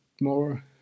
more